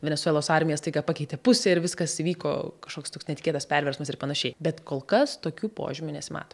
venesuelos armija staiga pakeitė pusę ir viskas įvyko kažkoks toks netikėtas perversmas ir panašiai bet kol kas tokių požymių nesimato